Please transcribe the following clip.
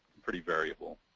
pretty variable.